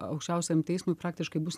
aukščiausiajam teismui praktiškai bus